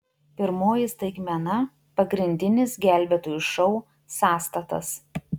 pirmoji staigmena pagrindinis gelbėtojų šou sąstatas